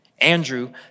Andrew